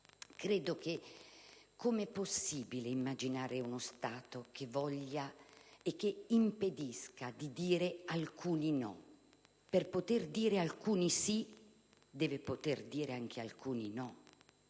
chiedo come sia possibile immaginare uno Stato che impedisca di dire alcuni no. Per poter dire alcuni sì, deve poter dire anche alcuni no!